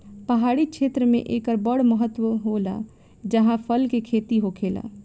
पहाड़ी क्षेत्र मे एकर बड़ महत्त्व होला जाहा फल के खेती होखेला